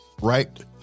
right